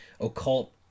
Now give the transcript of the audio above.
occult